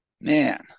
Man